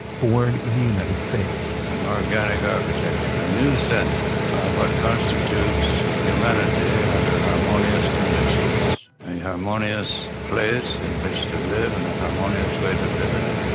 born in the united states an organic architecture, a new sense of what constitutes humanity under harmonious conditions, a harmonious place in which to live in a harmonious way to live in it.